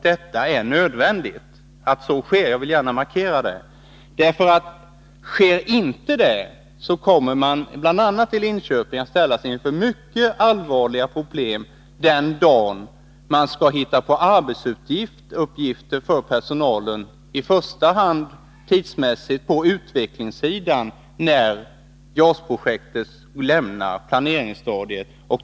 Det är nödvändigt att så sker. Jag vill understryka det. Om det inte sker kommer man i bl.a. Linköping att ställas inför mycket allvarliga problem den dag man skall hitta på arbetsuppgifter åt personalen. Först uppstår problemen tidsmässigt på utvecklingssidan när JAS-projektet lämnar planeringsstadiet.